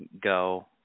go